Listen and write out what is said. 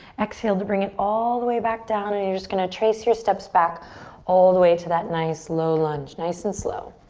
exhale to bring it all the way back down. and you're just gonna trace your steps back all the way to that nice low lunge. nice and slow.